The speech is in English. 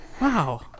Wow